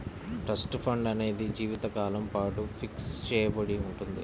trust fund అనేది జీవితకాలం పాటు ఫిక్స్ చెయ్యబడి ఉంటుంది